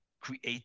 create